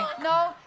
No